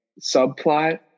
subplot